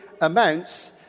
amounts